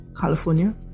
California